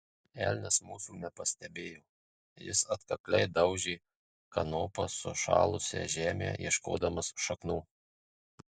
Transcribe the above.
elnias mūsų nepastebėjo jis atkakliai daužė kanopa sušalusią žemę ieškodamas šaknų